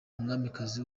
umwamikazi